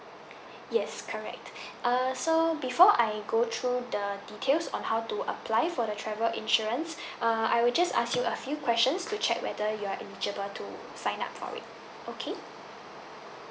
yes correct err so before I go through the details on how to apply for the travel insurance err I will just ask you a few questions to check whether your are eligible to sign up for it okay